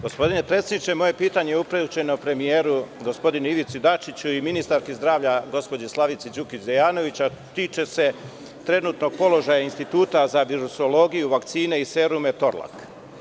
Gospodine predsedniče, moje pitanje je upućeno premijeru, gospodinu Ivici Dačiću i ministarki zdravlja, gospođi Slavici Đukić Dejanović, a tiče se trenutnog položaja Instituta za virusologiju, vakcine i serume „Torlak“